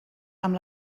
amb